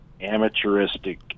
amateuristic